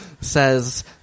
says